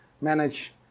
manage